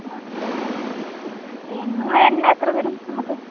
ആണല്ലേ ആ ഹാ ഹാ പിന്നെ നിങ്ങൾ എണ്ണ എത്ര തരും നമുക്ക്